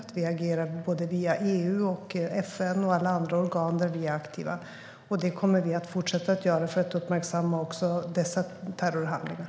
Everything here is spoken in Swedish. Det är viktigt att vi agerar via såväl EU och FN som alla andra organ där vi är aktiva, och det kommer vi att fortsätta att göra för att uppmärksamma också dessa terrorhandlingar.